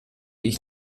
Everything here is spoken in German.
ich